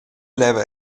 leva